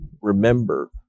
remember